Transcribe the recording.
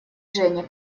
женя